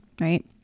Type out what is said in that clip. right